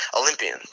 Olympian